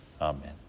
amen